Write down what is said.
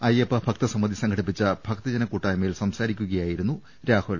അയപ്പ ഭക്തസമിതി സംഘടിപ്പിച്ച ഭക്തജന കൂട്ടായ്മ യിൽ സംസാരിക്കുകയായിരുന്നു രാഹുൽ